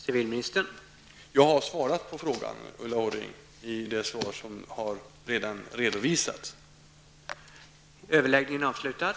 Herr talman! Jag har svarat på frågan i det svar som redan har redovisats.